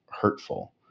hurtful